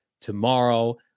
tomorrow